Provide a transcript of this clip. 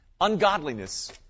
ungodliness